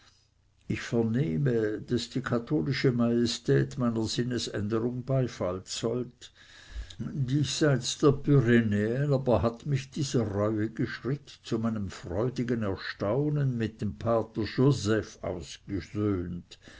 ich vernehme daß die katholische majestät meiner sinnesänderung beifall zollt diesseits der pyrenäen aber hat mich dieser reuige schritt zu meinem freudigen erstaunen mit dem pater joseph ausgesöhnt